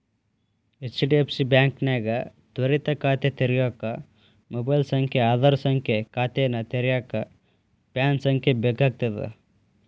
HDFC ಬಾಂಕ್ನ್ಯಾಗ ತ್ವರಿತ ಖಾತೆ ತೆರ್ಯೋಕ ಮೊಬೈಲ್ ಸಂಖ್ಯೆ ಆಧಾರ್ ಸಂಖ್ಯೆ ಖಾತೆನ ತೆರೆಯಕ ಪ್ಯಾನ್ ಸಂಖ್ಯೆ ಬೇಕಾಗ್ತದ